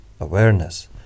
awareness